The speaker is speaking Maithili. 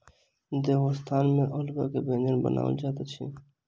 देवोत्थान में अल्हुआ के व्यंजन बनायल जाइत अछि